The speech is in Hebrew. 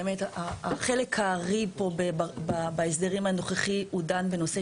החלק הארי פה בהסדר הנוכחי דן בנושא